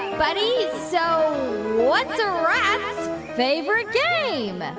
buddy, so what's a rat's favorite game?